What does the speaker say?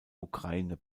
ukraine